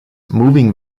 moving